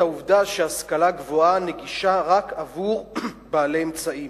העובדה שההשכלה הגבוהה נגישה רק לבעלי אמצעים.